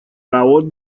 labor